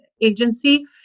agency